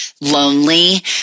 lonely